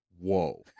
Whoa